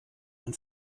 ein